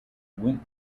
went